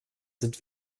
sind